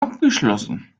abgeschlossen